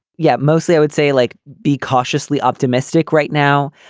yeah, mostly i would say like be cautiously optimistic right now.